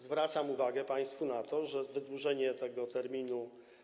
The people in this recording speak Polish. Zwracam uwagę państwu na to, że wydłużenie tego terminu.